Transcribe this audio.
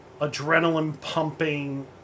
adrenaline-pumping